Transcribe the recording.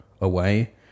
away